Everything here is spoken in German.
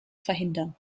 verhindern